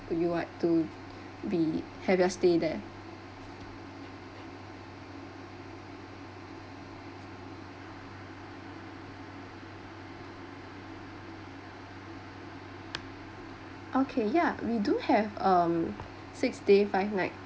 you want to be have your stay there okay ya we do have um six day five night